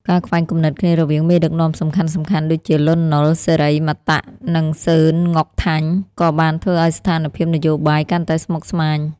ការខ្វែងគំនិតគ្នារវាងមេដឹកនាំសំខាន់ៗ ដូចជា លន់ នល់ សិរីមតៈ និងសឺន ង៉ុកថាញ់ ក៏បានធ្វើឱ្យស្ថានភាពនយោបាយកាន់តែស្មុគស្មាញ។